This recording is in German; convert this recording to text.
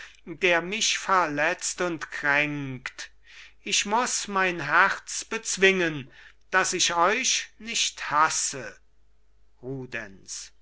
der mich verletzt und kränkt ich muss mein herz bezwingen dass ich euch nicht hasse